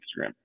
Instagram